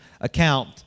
account